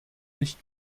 nicht